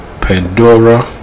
Pandora